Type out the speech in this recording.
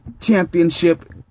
championship